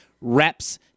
Reps